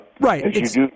Right